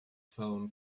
phone